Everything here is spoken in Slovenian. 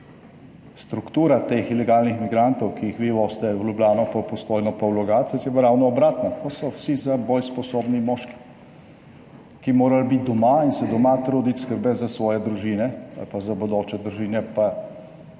Struktura teh ilegalnih migrantov, ki jih vi vozite v Ljubljano pa v Postojno pa v Logatec, je pa ravno obratno, to so vsi za boj sposobni moški, ki bi morali biti doma in se doma truditi skrbeti za svoje družine ali pa za bodoče družine,